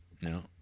No